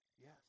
Yes